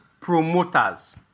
promoters